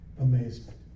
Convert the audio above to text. amazement